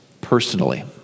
personally